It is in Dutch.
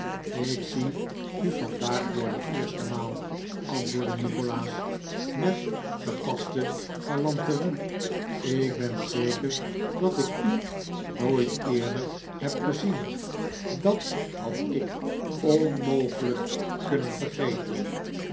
ik zie u vandaag voor de eerste maal antwoordde nikolaas met gepaste galanterie ik ben zeker dat ik u nooit eerder heb gezien dat had ik onmogelijk kunnen vergeten